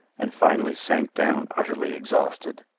and finally sank down utterly exhausted.